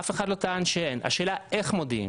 אף אחד לא טען שאין חובה להודיע אבל השאלה היא איך מודיעים.